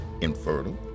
infertile